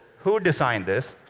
who designed this?